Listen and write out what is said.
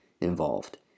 involved